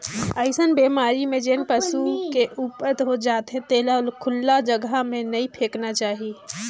अइसन बेमारी में जेन पसू के मउत हो जाथे तेला खुल्ला जघा में नइ फेकना चाही